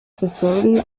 facilities